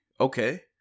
Okay